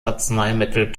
arzneimittel